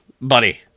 buddy